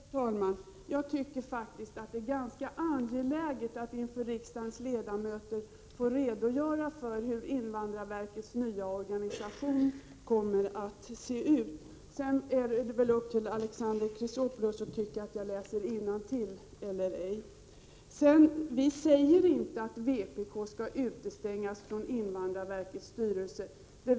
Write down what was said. Herr talman! Jag tycker faktiskt att det är ganska angeläget att inför riksdagens ledamöter redogöra för invandrarverkets nya organisation. Det får stå för Alexander Chrisopoulos att tycka att jag läser innantill. Vi säger inte att vpk skall utestängas från representation i invandrarverktets styrelse.